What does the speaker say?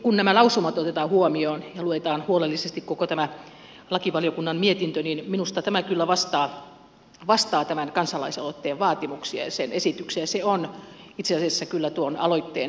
kun nämä lausumat otetaan huomioon ja luetaan huolellisesti koko tämä lakivaliokunnan mietintö niin minusta tämä kyllä vastaa tämän kansalaisaloitteen vaatimuksia ja sen esityksiä ja se on itse asiassa kyllä tuon aloitteen hengen mukainen